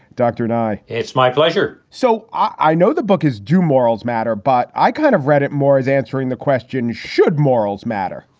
dr. nye. it's my pleasure. so i know the book is do morals matter, but i kind of read it more as answering the question, should morals matter?